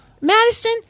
Madison